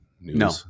No